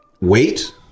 wait